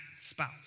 spouse